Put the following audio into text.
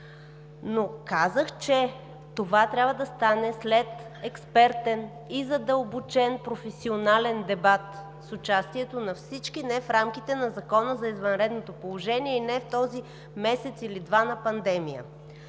Но казах, че това трябва да стане след експертен и задълбочен, професионален дебат с участието на всички не в рамките на Закона за извънредното положение и не този месец или два на пандемия.